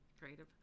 creative